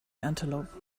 antelope